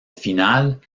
final